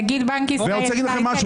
נגיד בנק ישראל, טייטלים.